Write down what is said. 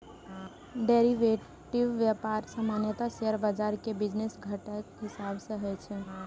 derivative व्यापार सामान्यतः share बाजार के बिजनेस घंटाक हिसाब सं होइ छै